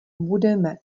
budeme